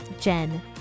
Jen